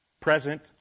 present